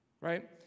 right